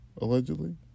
Allegedly